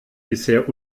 bisher